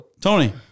Tony